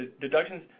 Deductions